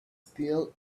still